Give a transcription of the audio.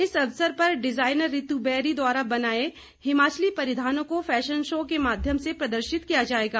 इस अवसर पर डिज़ाइनर रीतू बेरी द्वारा बनाए हिमाचली परिधानों को फैशन शो के माध्यम से प्रदर्शित किया जाएगा